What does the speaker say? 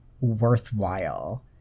worthwhile